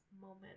moment